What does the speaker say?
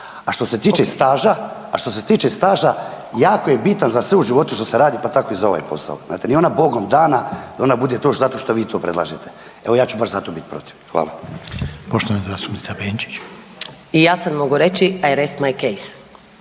a što se tiče staža, jako je bitan za sve u životu što se radi, pa tako i ovaj. Znate nije ona Bogom dana, da ona bude to zato što vi to predlažete, evo ja ću baš zato biti protiv. Hvala. **Reiner, Željko (HDZ)** Poštovana zastupnica